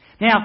Now